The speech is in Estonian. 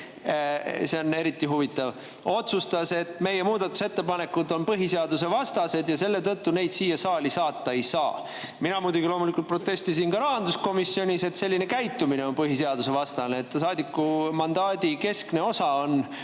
see on eriti huvitav –, et meie muudatusettepanekud on põhiseadusvastased ja selle tõttu neid siia saali saata ei saa. Mina muidugi protestisin ka rahanduskomisjonis, et selline käitumine on põhiseadusvastane. Saadiku mandaadi keskne osa on